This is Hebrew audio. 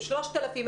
3,000,